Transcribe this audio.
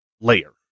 layer